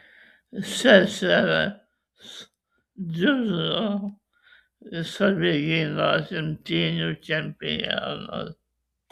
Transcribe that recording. ssrs dziudo ir savigynos imtynių čempionas